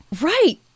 right